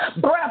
breath